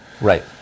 Right